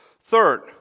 Third